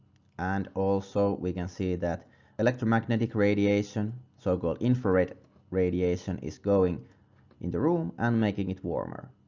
and also we can see that electromagnetic radiation so-called infrared radiation is going in the room and making it warmer.